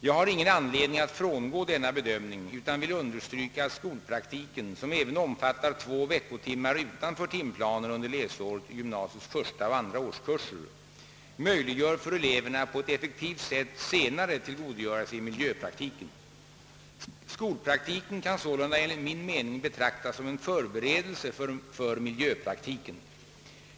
Jag har ingen anledning att frångå denna bedömning utan vill under stryka att skolpraktiken, som även omfattar två veckotimmar utanför timplanen under läsåret i gymnasiets första och andra årskurser, möjliggör för eleverna att på ett effektivt sätt senare tillgodogöra sig miljöpraktiken. Skolpraktiken kan sålunda enligt min mening betraktas som en förberedelse för miljöpraktiken.